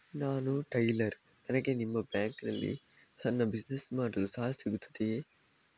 ನಾನು ಟೈಲರ್, ನನಗೆ ನಿಮ್ಮ ಬ್ಯಾಂಕ್ ನಲ್ಲಿ ಸಣ್ಣ ಬಿಸಿನೆಸ್ ಮಾಡಲು ಸಾಲ ಸಿಗುತ್ತದೆಯೇ?